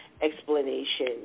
explanation